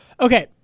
Okay